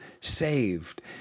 saved